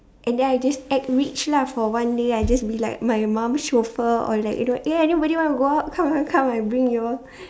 and then I just act rich lah for one day I just be like my mum chauffeur or like you know eh anybody want to go out come come come I bring you all